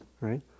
right